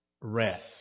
rest